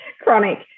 chronic